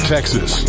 Texas